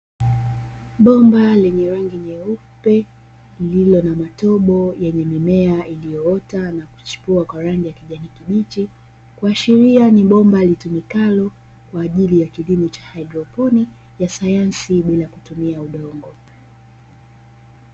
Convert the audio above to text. Bomba lenye rangi nyeupe lililo na matobo yenye mimea iliyoota na kuchipua kwa rangi ya kijani kibichi. kuashiria ni bomba litumikalo kwa ajili ya kilimo cha haidroponi ya sayansi, bila kutumia udongo.